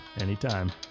Anytime